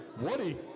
woody